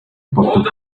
болдог